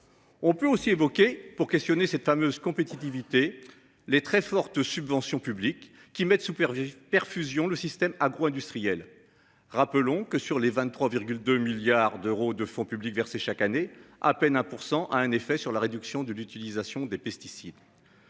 On peut aussi évoquer pour questionner cette fameuse compétitivité. Les très fortes subventions publiques qui mettent sous perfusion perfusion le système agro-industriel. Rappelons que sur les 23,2 milliards d'euros de fonds publics versés chaque année à peine 1% a un effet sur la réduction de l'utilisation des pesticides.